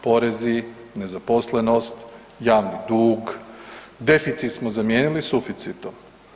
Porezi, nezaposlenost, javni dug, deficit smo zamijenili suficitom.